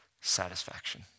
satisfaction